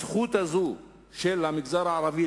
הזכות הזאת של המגזר הערבי,